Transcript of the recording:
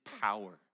power